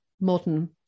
modern